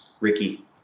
ricky